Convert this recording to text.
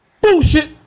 Bullshit